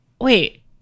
wait